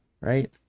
right